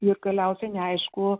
ir galiausiai neaišku